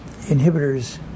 inhibitors